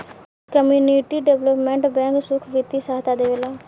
community development bank सुख बित्तीय सहायता देवेला